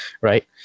right